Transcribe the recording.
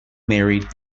married